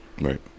right